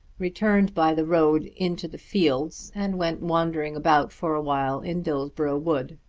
returned by the road into the fields, and went wandering about for a while in dillsborough wood.